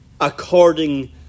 according